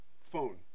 phone